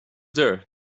there